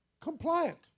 compliant